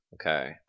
Okay